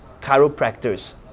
chiropractors